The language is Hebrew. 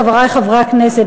חברי חברי הכנסת,